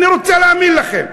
אני רוצה להאמין לכם.